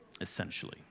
essentially